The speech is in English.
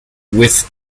with